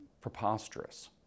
preposterous